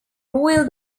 royal